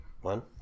One